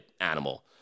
animal